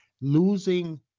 losing